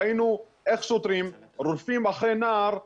ראינו איך שוטרים רודפים אחרי נער ברמלה,